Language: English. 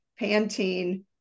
Pantene